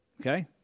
Okay